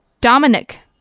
Dominic